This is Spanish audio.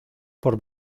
por